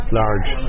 large